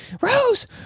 Rose